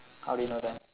how do you know that